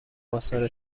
آثار